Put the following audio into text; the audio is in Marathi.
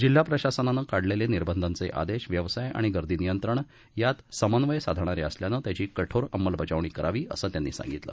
जिल्हा प्रशासनांनी काढलेले निर्बधाचे आदेश व्यवसाय आणि गर्दी नियंत्रण यात समन्वय साधणारे असल्यानं त्याची कठोर अंमलबजावणी करावी असं त्यांनी सांगितलं